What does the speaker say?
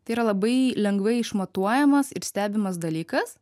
tai yra labai lengvai išmatuojamas ir stebimas dalykas